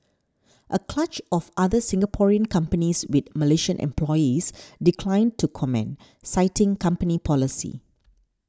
a clutch of other Singaporean companies with Malaysian employees declined to comment citing company policy